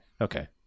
okay